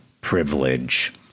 privilege